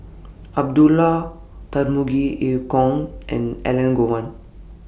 Abdullah Tarmugi EU Kong and Elangovan